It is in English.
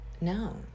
No